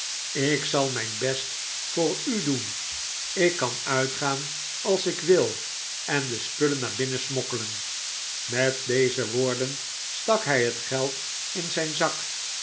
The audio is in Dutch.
ik zal mijn best voor u doen ik kan uitgaan als ik wil en de spullen naar binnen smokkel'en met deze woorden stak hij het geld in zijn zak